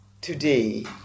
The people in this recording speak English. today